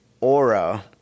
aura